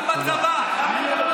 גם בצבא.